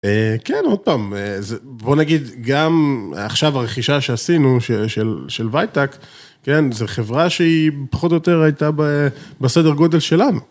כן, עוד פעם, בואו נגיד, גם עכשיו הרכישה שעשינו של וייטאק, כן, זו חברה שהיא פחות או יותר הייתה בסדר גודל שלנו.